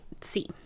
see